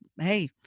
hey